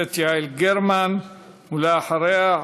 הכנסת יעל גרמן, ואחריה,